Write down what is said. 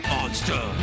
Monster